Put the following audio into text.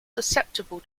susceptible